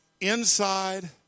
inside